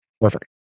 perfect